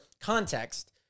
context